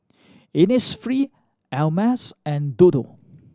Innisfree Ameltz and Dodo